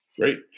Great